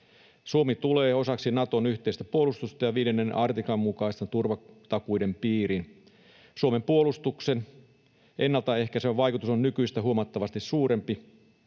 Suomi tulee osaksi Naton yhteistä puolustusta ja viidennen artiklan mukaisten turvatakuiden piiriin. Suomen puolustuksen ennaltaehkäisevä vaikutus on nykyistä huomattavasti suurempi,